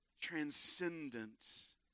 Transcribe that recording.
Transcendence